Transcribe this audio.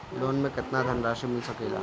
Loan मे केतना धनराशी मिल सकेला?